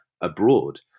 abroad